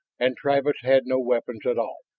and travis had no weapons at all.